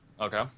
Okay